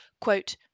quote